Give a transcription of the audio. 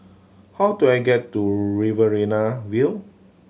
how do I get to Riverina View